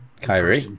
Kyrie